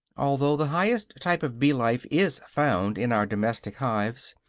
although the highest type of bee-life is found in our domestic hives,